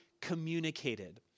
communicated